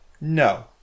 no